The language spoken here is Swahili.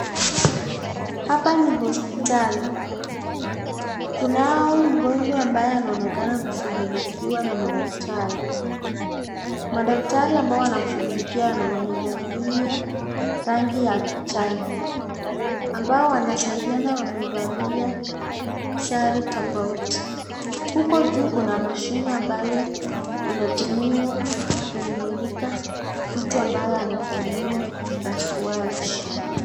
Hapa ni hospitali. Kunao huyu mgonjwa ambaye anaonekana kushughulikiwa na madaktari. Madaktari ambao wanamshughulikia wamevalia rangi ya kijani. Ambao wanasaidiana wamevalia sare tofauti. Huko juu kuna mashine ambayo inatumiwa kumulika mtu ambaye anafanyiwa upasuaji.